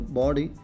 body